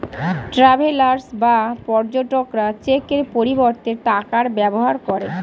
travellers বা পর্যটকরা চেকের পরিবর্তে টাকার ব্যবহার করে